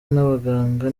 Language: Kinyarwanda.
n’abaganga